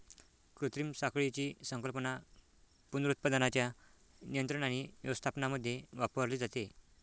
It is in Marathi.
कृत्रिम साखळीची संकल्पना पुनरुत्पादनाच्या नियंत्रण आणि व्यवस्थापनामध्ये वापरली जाते